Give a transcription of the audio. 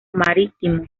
marítimo